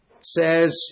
says